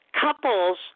Couples